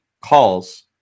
calls